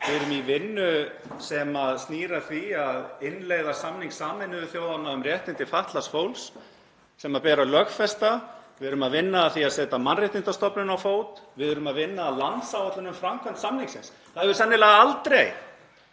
við erum í vinnu sem snýr að því að innleiða samning Sameinuðu þjóðanna um réttindi fatlaðs fólks sem ber að lögfesta. Við erum að vinna að því að setja mannréttindastofnun á fót. Við erum að vinna að landsáætlun um framkvæmd samningsins. Það hefur sennilega aldrei